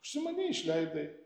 užsimanei išleidai